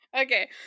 Okay